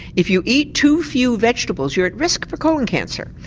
if you eat too few vegetables you're at risk for colon cancer.